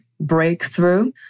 Breakthrough